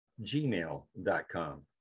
gmail.com